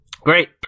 great